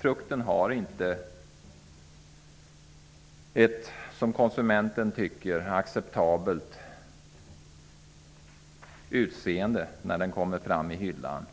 Frukten har i dag inte ett acceptabelt utseende när den ligger i hyllan,